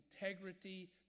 integrity